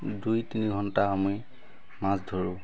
দুই তিনি ঘণ্টা আমি মাছ ধৰোঁ